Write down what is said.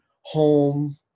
home